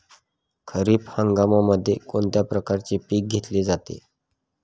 खरीप हंगामामध्ये कोणत्या प्रकारचे पीक घेतले जाते?